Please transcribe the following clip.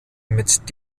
mit